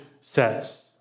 says